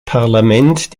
parlament